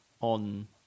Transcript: on